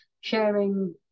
sharing